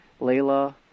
Layla